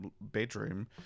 bedroom